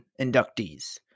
inductees